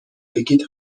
بگید